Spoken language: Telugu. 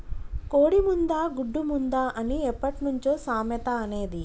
కోడి ముందా, గుడ్డు ముందా అని ఎప్పట్నుంచో సామెత అనేది